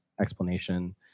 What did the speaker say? explanation